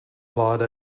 vláda